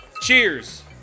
Cheers